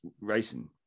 racing